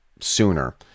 sooner